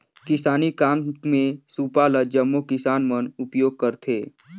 किसानी काम मे सूपा ल जम्मो किसान मन उपियोग करथे